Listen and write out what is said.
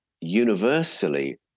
universally